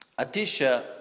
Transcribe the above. Atisha